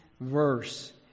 Verse